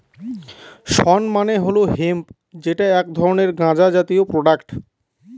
শণ মানে হল হেম্প যেটা এক ধরনের গাঁজা জাতীয় প্রোডাক্ট